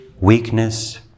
weakness